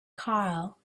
karl